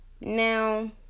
Now